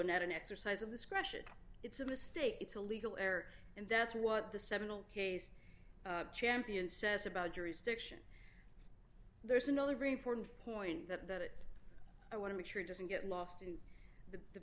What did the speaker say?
not an exercise of this question it's a mistake it's a legal heir and that's what the seven ill case champion says about jurisdiction there's another very important point that i want to make sure doesn't get lost in the